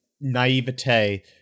naivete